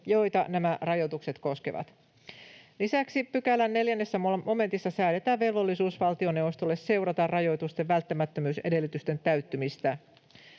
joita nämä rajoitukset koskevat. Lisäksi pykälän 4 momentissa säädetään velvollisuus valtioneuvostolle seurata rajoitusten välttämättömyysedellytysten täyttymistä.